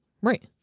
Right